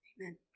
Amen